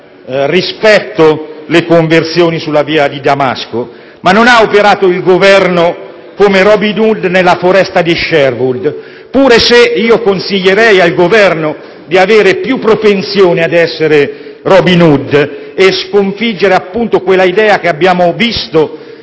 rispettate le conversioni sulla via di Damasco, ma il Governo non ha operato come Robin Hood nella foresta di Sherwood, anche se consiglierei al Governo di avere più propensione ad essere Robin Hood e a sconfiggere quell'idea che, come abbiamo visto,